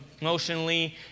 emotionally